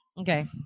Okay